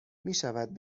میشود